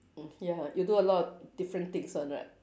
mm ya you do a lot of different things one right